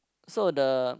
so the